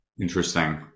Interesting